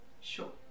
Sure